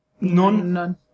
nun